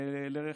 לרכש.